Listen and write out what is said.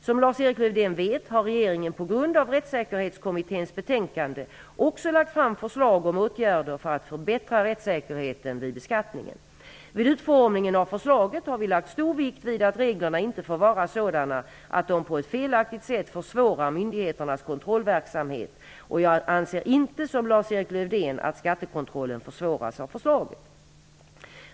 Som Lars Erik Lövdén vet, har regeringen på grund av Rättssäkerhetskommitténs betänkande, också lagt fram förslag om åtgärder för att förbättra rättssäkerheten vid beskattningen. Vid utformningen av förslaget har vi lagt stor vikt vid att reglerna inte får vara sådana att de på ett felaktigt sätt försvårar myndigheternas kontrollverksamhet. Jag anser inte som Lars-Erik Lövdén att skattekontrollen försvåras av förslaget.